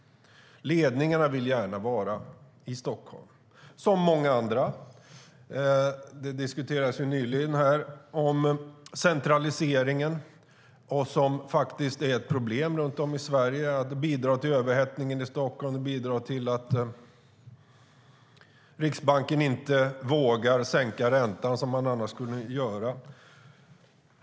Ledningarna vill gärna vara i Stockholm - som många andra. Centraliseringen diskuterades nyligen. Den är faktiskt ett problem runt om i Sverige och bidrar till överhettningen i Stockholm. Den bidrar till att Riksbanken inte vågar sänka räntan, som man annars skulle göra.